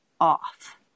off